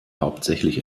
hauptsächlich